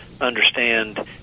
understand